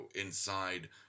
inside